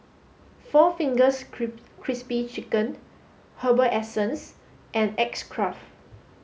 Four Fingers Crispy Chicken Herbal Essence and X Craft